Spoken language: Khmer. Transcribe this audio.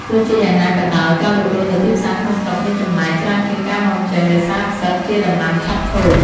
ទោះជាយ៉ាងណាក៏ដោយ ការលក់ដូរនៅទីផ្សារក្នុងស្រុកមានចំណែកច្រើនជាងការនាំចេញ ដោយសារផ្សិតជាដំណាំឆាប់ខូច។